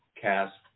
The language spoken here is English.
cast